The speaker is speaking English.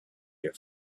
your